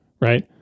right